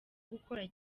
gukora